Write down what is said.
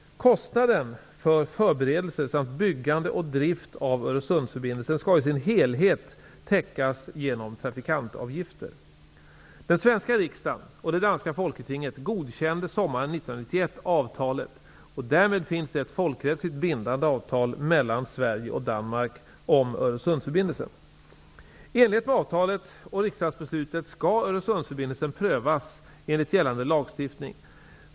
Kostnaden för förberedelser samt byggande och drift av Öresundsförbindelsen skall i sin helhet täckas genom trafikantavgifter. Den svenska riksdagen och det danska folketinget godkände sommaren 1991 avtalet och därmed finns det ett folkrättsligt bindande avtal mellan Sverige och Danmark om Öresundsförbindelsen. Öresundsförbindelsen prövas enligt gällande lagstiftning.